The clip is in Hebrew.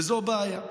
וזאת בעיה.